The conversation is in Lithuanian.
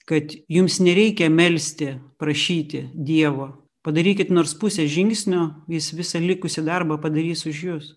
kad jums nereikia melsti prašyti dievo padarykit nors pusę žingsnio jis visą likusį darbą padarys už jus